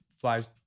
flies